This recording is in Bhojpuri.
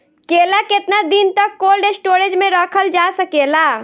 केला केतना दिन तक कोल्ड स्टोरेज में रखल जा सकेला?